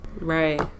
Right